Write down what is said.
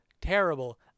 terrible